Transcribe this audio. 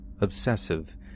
obsessive